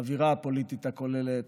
האווירה הפוליטית הכוללת,